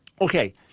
Okay